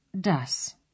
das